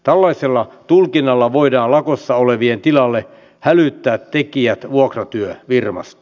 tällaisella tulkinnalla voidaan lakossa olevien tilalle hälyttää tekijät vuokratyöfirmasta